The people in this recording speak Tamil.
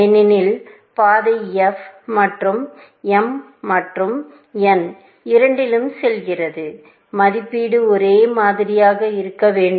ஏனெனில் பாதை f மற்றும் m மற்றும் n இரண்டிலும் செல்கிறது மதிப்பீடு ஒரே மாதிரியாக இருக்க வேண்டும்